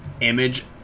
Image